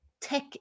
tech